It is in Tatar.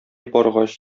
баргач